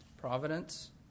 providence